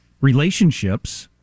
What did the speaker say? relationships